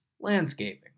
Landscaping